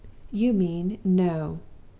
you mean no